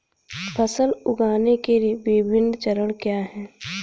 फसल उगाने के विभिन्न चरण क्या हैं?